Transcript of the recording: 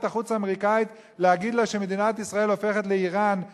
החוץ האמריקנית להגיד לה שמדינת ישראל הופכת לאירן,